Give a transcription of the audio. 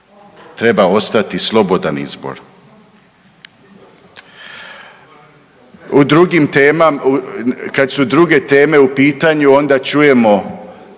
treba ostati slobodan izbor. Kad su druge teme u pitanju onda čujemo